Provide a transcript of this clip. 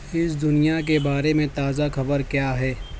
اس دنیا کے بارے میں تازہ خبر کیا ہے